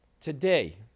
today